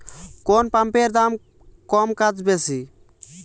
কোন পাম্পের দাম কম কাজ বেশি?